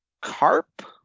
carp